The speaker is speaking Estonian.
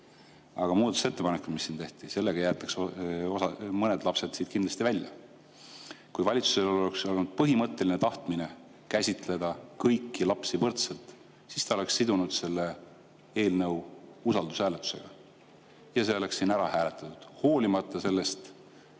aga muudatusettepanekutega, mis siin tehti, jäetakse mõned lapsed siit kindlasti välja –, kui valitsusel oleks olnud põhimõtteline tahtmine käsitleda kõiki lapsi võrdselt, siis ta oleks sidunud selle eelnõu usaldushääletusega. See oleks siin ära hääletatud, hoolimata sellest,